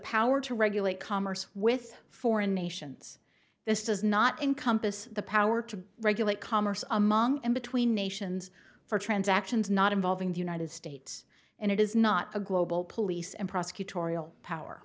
power to regulate commerce with foreign nations this does not encompass the power to regulate commerce among and between nations for transactions not involving the united states and it is not a global police and prosecutorial power